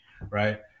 right